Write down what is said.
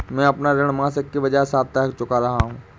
मैं अपना ऋण मासिक के बजाय साप्ताहिक चुका रहा हूँ